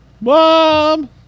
mom